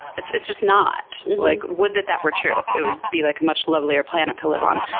it's it's just not. like would that that were true. it would be like a much lovelier planet to live on.